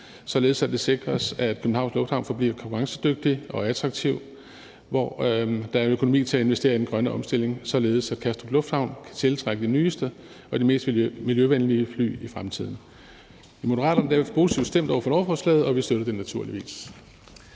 således at det sikres, at Københavns Lufthavn forbliver konkurrencedygtig og attraktiv, hvor der er en økonomi til at investere i den grønne omstilling, således at Kastrup Lufthavn kan tiltrække de nyeste og mest miljøvenlige fly i fremtiden. I Moderaterne er vi positivt stemt over for lovforslaget, og vi støtter det naturligvis.